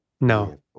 No